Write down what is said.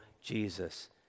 jesus